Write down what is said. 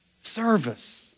Service